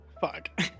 Fuck